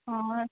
हँ